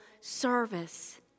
service